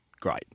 Great